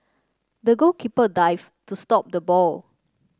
the goalkeeper dived to stop the ball